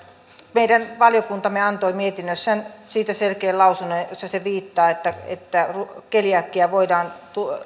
meidän valiokuntamme antoi mietinnössään siitä selkeän lausunnon jossa se viittaa että että keliakia voidaan